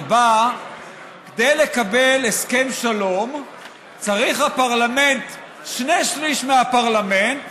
שבה כדי לקבל הסכם שלום צריכים שני שלישים מהפרלמנט